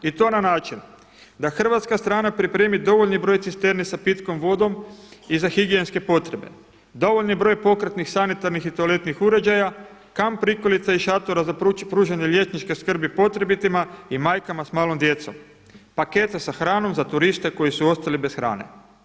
I to na način da hrvatska strana pripremi dovoljni broj cisterni sa pitkom vodom i za higijenske potrebe, dovoljni broj sanitarnih i toaletnih uređaja, kamp prikolica i šatora za pružanje liječničke skrbi potrebitima i majkama s malom djecom, pakete sa hranom za turiste koji su ostali bez hrane.